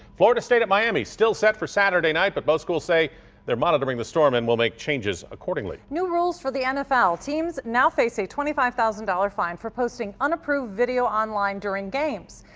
florida state at miami still set for saturday night. but both schools say they're monitoring the storm and will make changes accordingly. lara new rules for the nfl. teams now face a twenty five thousand dollars fine for posting unapproved video online during games.